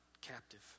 captive